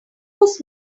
was